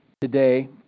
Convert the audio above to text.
today